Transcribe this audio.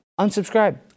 unsubscribe